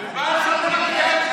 אשתו של פוליטיקאי שהתמנתה לעליון?